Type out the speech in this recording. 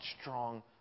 strong